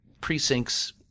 precincts